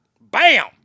Bam